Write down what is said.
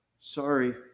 Sorry